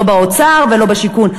לא באוצר ולא בשיכון.